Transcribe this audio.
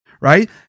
right